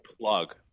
plug